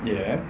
ya